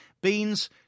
beans